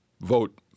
vote